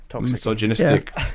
misogynistic